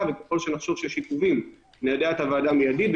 וככל שנחשוב שיש עיכובים ניידע את הוועדה מיידית,